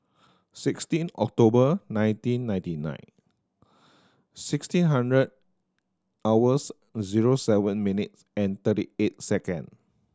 sixteen October nineteen ninety nine sixteen hundred hours zero seven minutes and thirty eight second